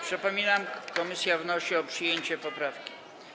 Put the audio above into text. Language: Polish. Przypominam, że komisja wnosi o przyjęcie poprawki.